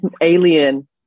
alien